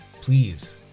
please